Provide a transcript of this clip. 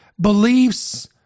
beliefs